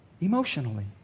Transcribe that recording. emotionally